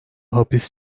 hapis